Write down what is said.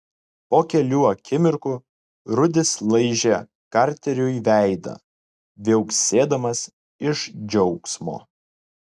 po kelių akimirkų rudis laižė karteriui veidą viauksėdamas iš džiaugsmo